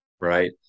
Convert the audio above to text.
right